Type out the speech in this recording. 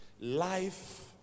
Life